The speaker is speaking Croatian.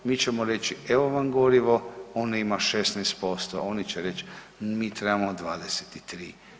Mi ćemo reći evo vam gorivo, ono ima 16%, oni će reći, mi trebamo 23.